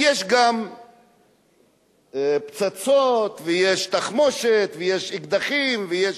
יש גם פצצות ויש תחמושת ויש אקדחים ויש